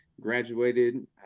graduated